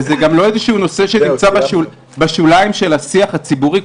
וזה לא איזשהו נושא שנמצא בשוליים של השיח הציבורי.